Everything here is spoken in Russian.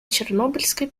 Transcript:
чернобыльской